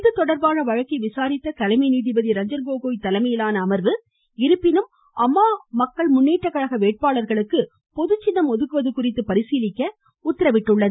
இதுதொடர்பான வழக்கை விசாரித்த தலைமை நீதிபதி ரஞ்சன் கோகோய் தலைமையிலான அமர்வு இருப்பினும் அம்மா மக்கள் முன்னேற்ற கழக வேட்பாளர்களுக்கு பொதுச்சின்னம் ஒதுக்குவது குறித்து பரிசீலிக்க உத்தரவு பிறப்பித்துள்ளது